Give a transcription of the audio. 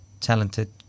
talented